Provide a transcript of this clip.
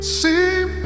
seem